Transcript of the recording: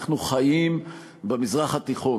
אנחנו חיים במזרח התיכון.